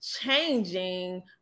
changing